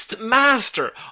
master